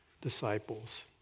disciples